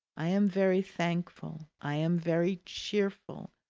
i am very thankful, i am very cheerful,